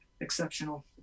exceptional